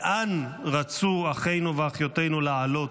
לאן רצו אחינו ואחיותינו לעלות,